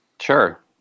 sure